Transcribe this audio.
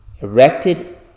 Erected